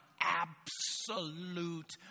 absolute